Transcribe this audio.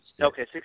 Okay